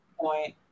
point